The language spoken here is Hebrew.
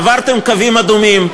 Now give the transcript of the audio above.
עברתם קווים אדומים,